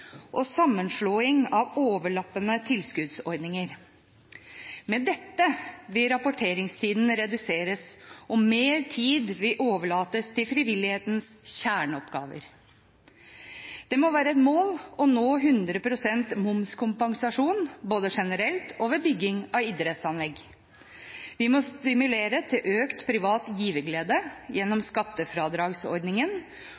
og sammenslåing av overlappende tilskuddsordninger. Med dette vil rapporteringstiden reduseres, og mer tid vil overlates til frivillighetens kjerneoppgaver. Det må være et mål å nå 100 pst. momskompensasjon, både generelt og ved bygging av idrettsanlegg. Vi må stimulere til økt privat giverglede